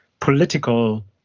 political